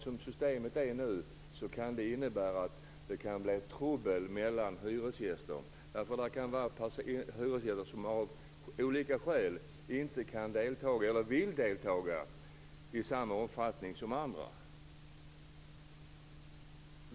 Som systemet är nu kan det bli trubbel mellan hyresgäster. Det kan finnas hyresgäster som av olika skäl inte kan eller inte vill delta i samma omfattning som andra hyresgäster.